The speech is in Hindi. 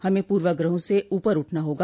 हमें पूर्वाग्रहों से ऊपर उठना होगा